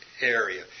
area